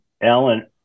Alan